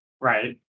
Right